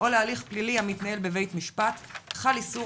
או להליך פלילי המתנהל בבית משפט - חל איסור